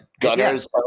Gunner's